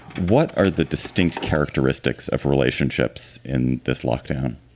what are the distinct characteristics of relationships in this lockdown?